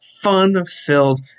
fun-filled